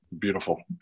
Beautiful